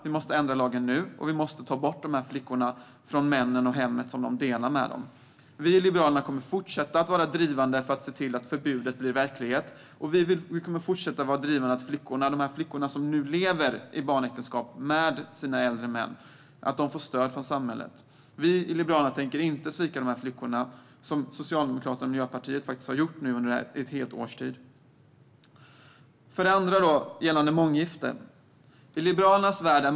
Vi måste ändra lagen nu, och vi måste ta bort dessa flickor från de här männen och från hemmet som de delar med dem. Vi i Liberalerna kommer att fortsätta att vara drivande för att se till att förbudet blir verklighet. Vi kommer också att fortsätta att vara drivande för att de flickor som nu lever i barnäktenskap med äldre män får stöd från samhället. Liberalerna tänker inte svika dessa flickor, vilket Socialdemokraterna och Miljöpartiet har gjort under ett helt års tid. Den andra punkten gäller månggifte.